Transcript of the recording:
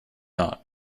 not